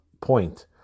point